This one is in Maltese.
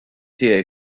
tiegħi